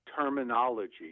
terminology